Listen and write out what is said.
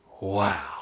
Wow